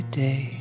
day